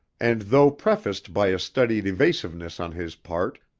and though prefaced by a studied evasiveness on his part,